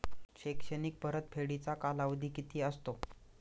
शैक्षणिक परतफेडीचा कालावधी किती असतो?